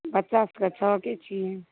बच्चा सबके छओ के छियै